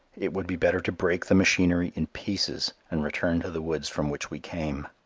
it would be better to break the machinery in pieces and return to the woods from which we came.